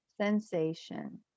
sensation